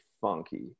funky